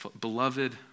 beloved